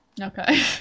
Okay